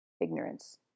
Ignorance